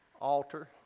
altar